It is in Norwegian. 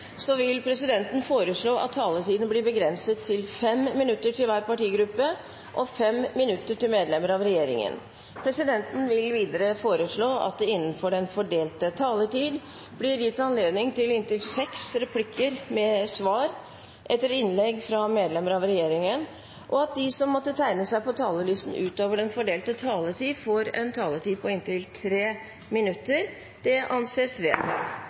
så mange i næringa som ønsker å produsere naturlig mat. Flere har ikke bedt om ordet til sak nr. 1. Etter ønske fra næringskomiteen vil presidenten foreslå at taletiden blir begrenset til 5 minutter til hver partigruppe og 5 minutter til medlem av regjeringen. Videre vil presidenten foreslå at det blir gitt anledning til replikkordskifte på inntil seks replikker med svar etter innlegg fra medlem av regjeringen innenfor den fordelte taletid, og at det som måtte tegne seg på